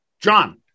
John